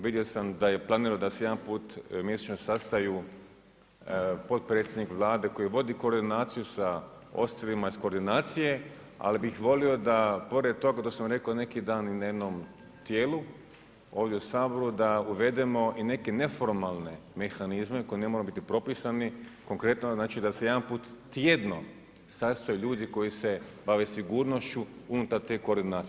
Vidio sam da je planirano da s jedan put mjesečno sastaju potpredsjednik Vlade koji vodi koordinaciju sa ostalima iz koordinacije ali bih volio da pored toga, to sam rekao i neki dan i na jednom tijelu ovdje u Saboru da uvedemo i neke neformalne mehanizme koji ne moraju biti propisani, konkretno znači da se jedanput tjedno sastaju ljudi koji se bave sigurnošću unutar te koordinacije.